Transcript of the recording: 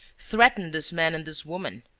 threatened this man and this woman.